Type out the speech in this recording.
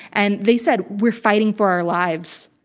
and they said we're fighting for our lives.